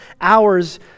hours